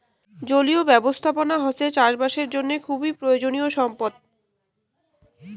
জলীয় ব্যবস্থাপনা হসে চাষ বাসের জন্য খুবই প্রয়োজনীয় সম্পদ